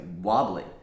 wobbly